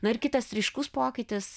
na ir kitas ryškus pokytis